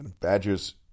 Badger's